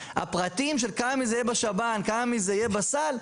הפרטים של כמה מזה יהיה בשב"ן וכמה מזה יהיה בסל,